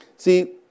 See